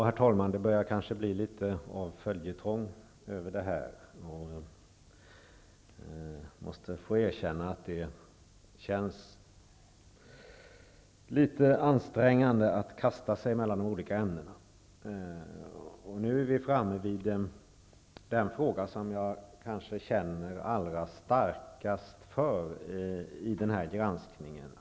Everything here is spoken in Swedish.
Herr talman! Det här börjar bli litet av en följetong. Jag måste få erkänna att det känns litet ansträngande att kasta sig mellan olika ämnen. Nu är vi framme vid den fråga som jag kanske känner allra starkast för i denna granskning.